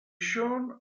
sean